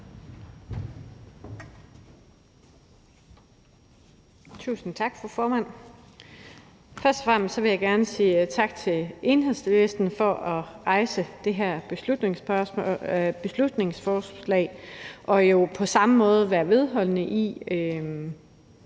Tusind tak, fru formand. Først og fremmest vil jeg gerne sige tak til Enhedslisten for at fremsætte det her beslutningsforslag og jo på den måde være vedholdende med